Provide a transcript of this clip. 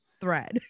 thread